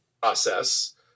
process